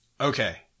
okay